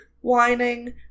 whining